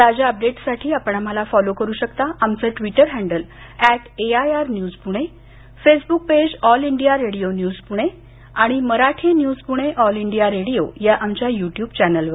ताज्या अपडेट्ससाठी आपण आम्हाला फॉलो करु शकता आमचं Twitter handle at A I R news Pune Facebook page all India radio news Pune आणि Marathi news Pune all India radio या आमच्या युट्युब चॅनेलवर